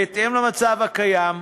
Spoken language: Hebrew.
בהתאם למצב הקיים,